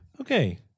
Okay